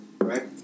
right